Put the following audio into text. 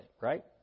right